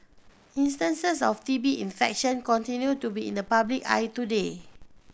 instances of T B infection continue to be in the public eye today